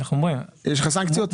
יש לך סנקציות?